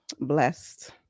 blessed